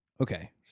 Okay